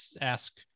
ask